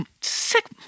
sick